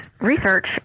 research